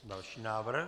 Další návrh.